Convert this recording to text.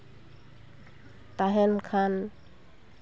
ᱛᱟᱦᱮᱱ ᱠᱷᱟᱱ